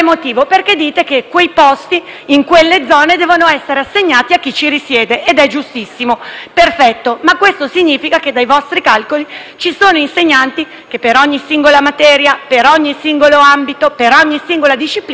in quelle zone, devono essere assegnati a chi vi risiede. È giustissimo, perfetto, ma questo significa che, dai vostri calcoli, ci sono insegnanti che, per ogni singola materia, per ogni singolo ambito, per ogni singola disciplina, risiedono in quei territori.